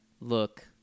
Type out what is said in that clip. look